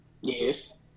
Yes